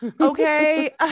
okay